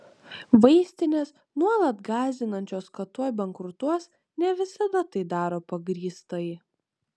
vaistinės nuolat gąsdinančios kad tuoj bankrutuos ne visada tai daro pagrįstai